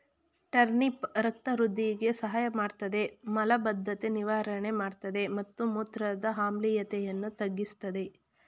turnip ರಕ್ತ ವೃಧಿಗೆ ಸಹಾಯಮಾಡ್ತದೆ ಮಲಬದ್ಧತೆ ನಿವಾರಣೆ ಮಾಡ್ತದೆ ಮತ್ತು ಮೂತ್ರದ ಆಮ್ಲೀಯತೆಯನ್ನು ತಗ್ಗಿಸ್ತದೆ